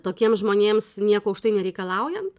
tokiem žmonėms nieko už tai nereikalaujant